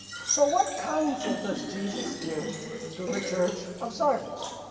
so what counsel does jesus give to the church of sardis?